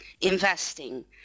investing